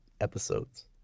episodes